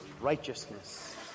righteousness